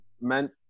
meant –